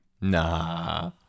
nah